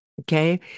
Okay